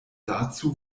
dazu